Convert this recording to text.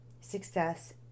success